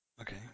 Okay